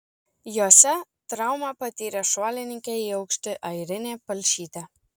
jose traumą patyrė šuolininkė į aukštį airinė palšytė